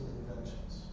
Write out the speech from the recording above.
inventions